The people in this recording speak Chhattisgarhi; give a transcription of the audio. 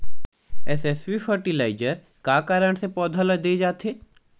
एस.एस.पी फर्टिलाइजर का कारण से पौधा ल दे जाथे?